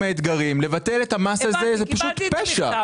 האתגרים לבטל את המס הזה זה פשוט פשע.